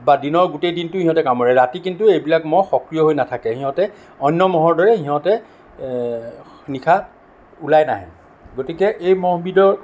বা দিনৰ গোটেই দিনটো ইহঁতে কামোৰে ৰাতি কিন্তু এইবিলাক মহ সক্ৰিয় হৈ নাথাকে সিহঁতে অন্য় মহৰ দৰে ইহঁতে নিশা ওলাই নাহে গতিকে এই মহ বিধৰ